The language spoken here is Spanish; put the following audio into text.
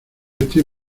estoy